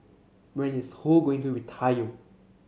when is Ho going to retire